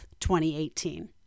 2018